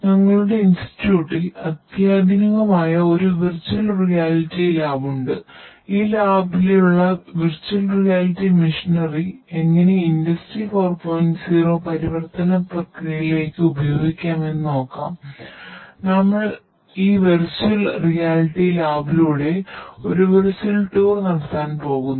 ഞങ്ങളുടെ ഇൻസ്റ്റിറ്റ്യൂട്ടിൽ നടത്താൻ പോകുന്നു